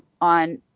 on